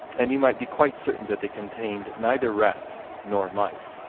and he might be quite certain that they contained neither rats nor mice